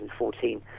2014